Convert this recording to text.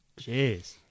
Jeez